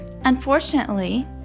unfortunately